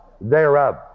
thereof